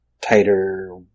tighter